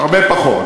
הרבה פחות.